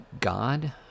God